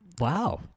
Wow